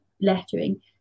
lettering